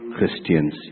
Christians